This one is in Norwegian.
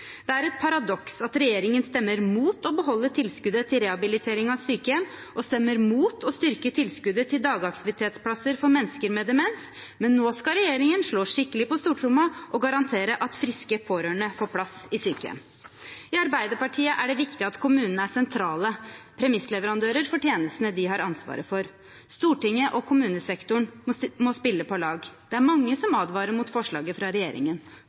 Det er et paradoks at regjeringen stemmer mot å beholde tilskuddet til rehabilitering av sykehjem og stemmer mot å styrke tilskuddet til dagaktivitetsplasser for mennesker med demens, men nå skal regjeringen slå skikkelig på stortromma og garantere at friske pårørende får plass i sykehjem. For Arbeiderpartiet er det viktig at kommunene er sentrale premissleverandører for tjenestene de har ansvaret for. Stortinget og kommunesektoren må spille på lag. Det er mange som advarer mot forslaget fra regjeringen.